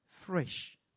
fresh